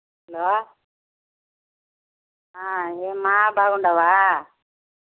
hello ఏమ్మ బాగున్నావా